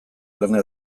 lana